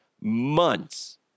months